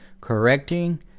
correcting